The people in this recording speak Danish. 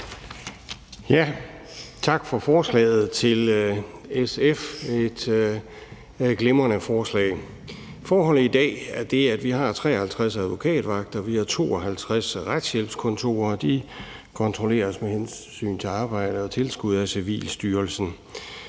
forslag. Forholdet i dag er det, at vi har 53 advokatvagter, og vi har 52 retshjælpskontorer. De kontrolleres med hensyn til arbejde og tilskud af Civilstyrelsen.